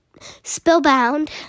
spellbound